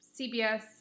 cbs